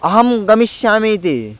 अहं गमिष्यामि इति